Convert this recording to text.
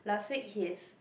last week his